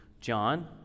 John